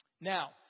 Now